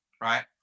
right